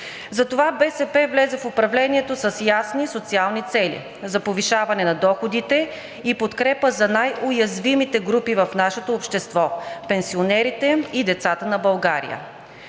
Затова БСП влезе в управлението с ясни социални цели за повишаване на доходите и подкрепа за най-уязвимите групи в нашето общество – пенсионерите, и децата на България.